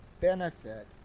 benefit